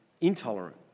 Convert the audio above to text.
intolerant